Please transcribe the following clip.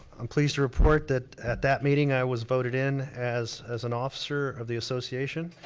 i'm pleased to report that, at that meeting i was voted in as as an officer of the association.